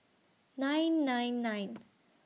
nine nine nine